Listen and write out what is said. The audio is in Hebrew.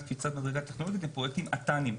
קפיצת מדרגה טכנולוגית הם פרויקטים את"נים,